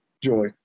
joy